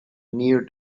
near